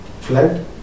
flood